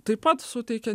taip pat suteikė